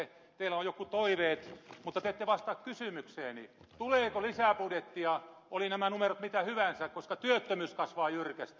teillä on jotkut toiveet mutta te ette vastaa kysymykseeni tuleeko lisäbudjettia oli nämä numerot mitä hyvänsä koska työttömyys kasvaa jyrkästi